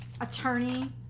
attorney